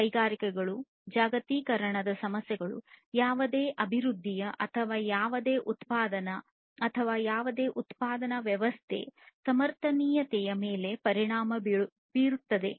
ಕೈಗಾರಿಕೆಗಳು ಜಾಗತೀಕರಣದ ಸಮಸ್ಯೆಗಳು ಯಾವುದೇ ಅಭಿವೃದ್ಧಿಯ ಅಥವಾ ಯಾವುದೇ ಉತ್ಪಾದನೆ ಅಥವಾ ಯಾವುದೇ ಉತ್ಪಾದನಾ ವ್ಯವಸ್ಥೆಯ ಸಮರ್ಥನೀಯತೆಯ ಮೇಲೆ ಪರಿಣಾಮ ಬೀರುತ್ತವೆ